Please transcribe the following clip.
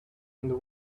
and